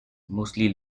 mostly